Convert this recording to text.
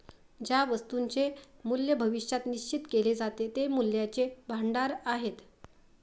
ज्या वस्तूंचे मूल्य भविष्यात निश्चित केले जाते ते मूल्याचे भांडार आहेत